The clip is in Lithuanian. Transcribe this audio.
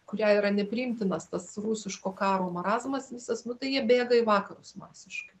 kuriai yra nepriimtinas tas rusiško karo marazmas visas nu tai jie bėga į vakarus masiškai